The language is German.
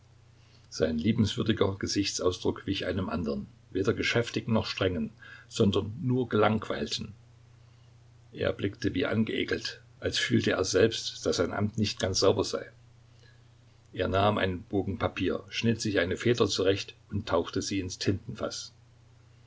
sein liebenswürdiger gesichtsausdruck wich einem anderen weder geschäftigen noch strengen sondern nur gelangweilten er blickte wie angeekelt als fühlte er selbst daß sein amt nicht ganz sauber sei er nahm einen bogen papier schnitt sich eine feder zurecht und tauchte sie ins tintenfaß